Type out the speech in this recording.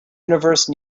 universe